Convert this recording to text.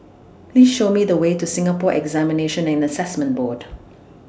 Please Show Me The Way to Singapore Examinations and Assessment Board